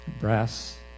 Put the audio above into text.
brass